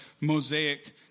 Mosaic